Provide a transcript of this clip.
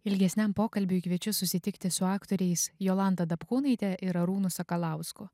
ilgesniam pokalbiui kviečiu susitikti su aktoriais jolanta dapkūnaite ir arūnu sakalausku